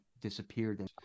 disappeared